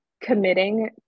committing